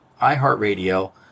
iHeartRadio